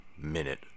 Minute